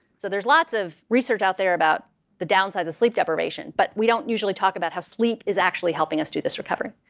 so there's lots of research out there about the downsides of sleep deprivation, but we don't usually talk about how sleep is actually helping us do this recovery.